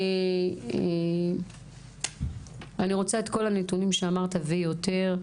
אני רוצה את כל הנתונים שאמרת ויותר.